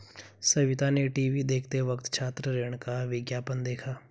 सविता ने टीवी देखते वक्त छात्र ऋण का विज्ञापन देखा